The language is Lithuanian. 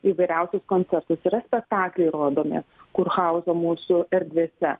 įvairiausius koncertus yra spektakliai rodomi kurhauzo mūsų erdvėse